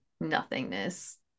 nothingness